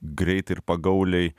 greitai ir pagauliai